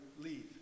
leave